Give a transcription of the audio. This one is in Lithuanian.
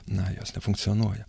na jos nefunkcionuoja